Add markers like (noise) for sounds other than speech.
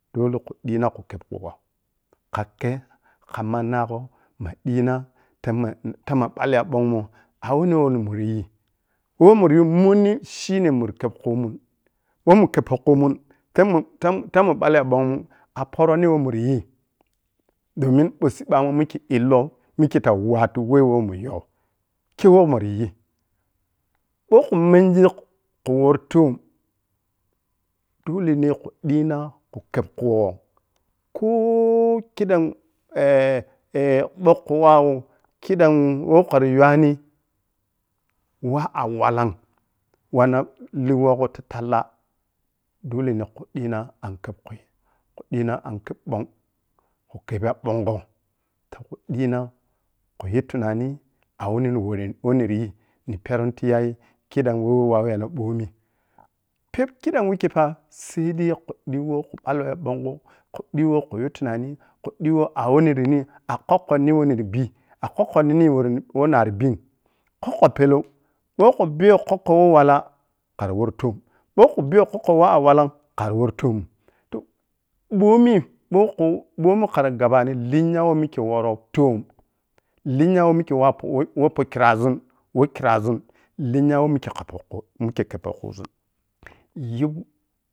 Dole khu ƌlina khu kheb khu gho kha keh kha manna gho maddina tama-tama ɓalle ya ɓong mun awuni woh munri yii woh munri yi monni shine. Muri kheb khumun ɓou man khebpo khumun tsemun teimun ta-tamun balle ya bongmun aporo nii woh muri yii domin ɓou sibba, mun mikki illou mikkei tah wattu wawo weh mun yoju kei weh mari yii ɓou khui menji khu wori toom dole ne khe dina khu khab khugho ko-o-o-khi dam (hesitation) ɓou khu wawi khidam woh khra youwani wah awallam wanna liwmegho ti talla dole na khu dina am khebkhui khu diina a’n khab khei ɓong khu kbebi ya ɓongho tah khu dii na khur, yi tunani awuni ni worri woh nirri yii ni pernti yaii khidam woh wauwaweno ɓomi pɛp khi dam wikkei fa sai dai khu dliwoh khu ɓallo ya ɓongho, khu diiwo khu yu tunani, khu diiwo awuni niryi a’kokkho ni woh niri bii a’kokkho niniryi woh nari biim, kokke ho pellou bou kho biyou kokkho whe wala khara wori toom ɓou kho biyou kokkho woh a'walla’m khari wori toom toh bomi ɓou. Khu ɓomi khara gabani linya woh mikkei worou toom linya woh mikkel waw poh woh-who poh khira zun-woh khrazun linya weh mikkei kha poh khu mikkei kebpou kuzun yu